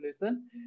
listen